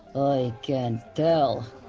i can tell.